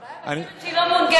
אני חושבת שהיא לא מונגשת,